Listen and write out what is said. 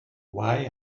why